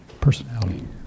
Personality